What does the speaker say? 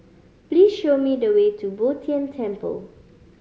please show me the way to Bo Tien Temple